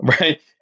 Right